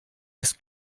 ist